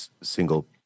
single